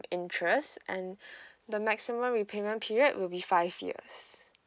interest and the maximum repayment period will be five years